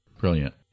Brilliant